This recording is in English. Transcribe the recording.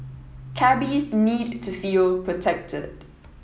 cabbies need to feel protected